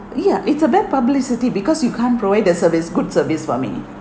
ya it's a bad publicity because you can't provide the service good service for me